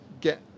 get